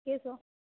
કેસો